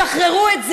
שחררו את זה.